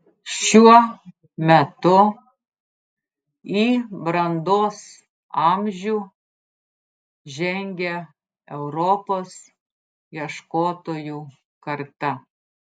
šiuo metu į brandos amžių žengia europos ieškotojų karta